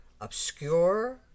obscure